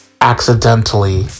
accidentally